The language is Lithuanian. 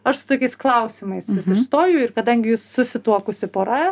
aš su tokiais klausimais vis išstoju ir kadangi jūs susituokusi pora